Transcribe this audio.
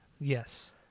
Yes